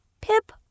Pip